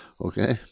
Okay